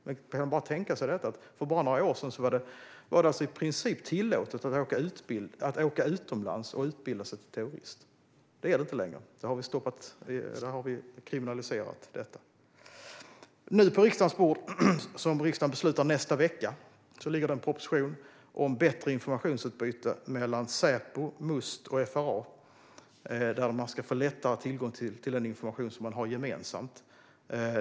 Man kan ju tänka på det: För bara några år sedan var det alltså i princip tillåtet att åka utomlands och utbilda sig till terrorist. Det är det inte längre, utan vi har kriminaliserat detta. Nu ligger det en proposition på riksdagens bord om bättre informationsutbyte mellan Säpo, Must och FRA, och riksdagen ska fatta beslut om den nästa vecka. Det handlar om att man lättare ska få tillgång till den information man har gemensamt.